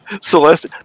Celeste